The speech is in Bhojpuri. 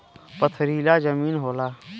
पथरीला जमीन होला